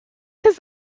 his